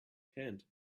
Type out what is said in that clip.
hand